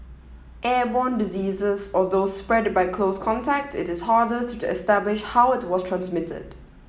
airborne diseases or those spread by close contact it is harder to establish how it was transmitted